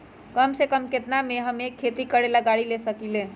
कम से कम केतना में हम एक खेती करेला गाड़ी ले सकींले?